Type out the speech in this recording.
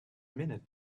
minute